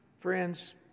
friends